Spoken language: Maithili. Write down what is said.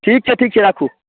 ठीक छै ठीक छै राखू